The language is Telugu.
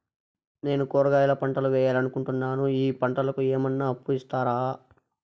నేను కూరగాయల పంటలు వేయాలనుకుంటున్నాను, ఈ పంటలకు ఏమన్నా అప్పు ఇస్తారా?